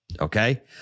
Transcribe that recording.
Okay